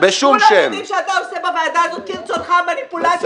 כולם יודעים שאתה עושה בוועדה הזאת כרצונך מניפולציות,